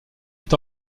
est